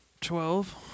Twelve